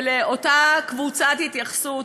ולאותה קבוצת התייחסות,